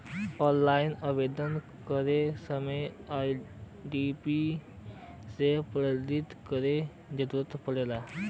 online आवेदन करत समय ओ.टी.पी से प्रमाणित करे क जरुरत पड़ला